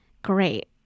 Great